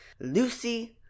Lucy